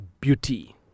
beauty